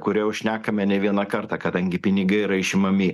kurią jau šnekame ne vieną kartą kadangi pinigai yra išimami